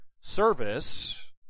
service